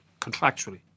contractually